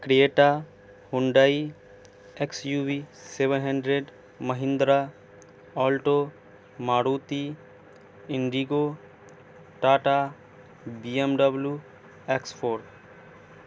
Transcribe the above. Creta Hyundai X U V seven hundred Mahindra Alto Maruti Indigo Tata B M W X four